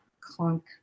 clunk